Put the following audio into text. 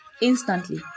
Instantly